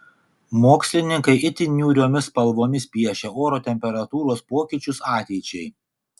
mokslininkai itin niūriomis spalvomis piešia oro temperatūros pokyčius ateičiai